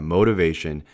Motivation